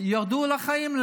ירדו לחיים,